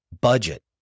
Budget